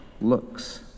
looks